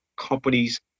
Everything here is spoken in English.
companies